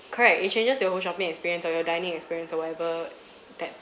correct it changes your whole shopping experience or your dining experience or whatever that